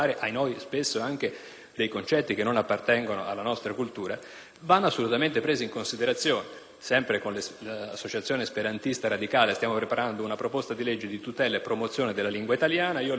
dei concetti che non appartengono alla nostra cultura. Sempre con l'associazione esperantista radicale stiamo preparando una proposta di legge di tutela e promozione della lingua italiana. Io le ho portato uno studio